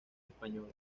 española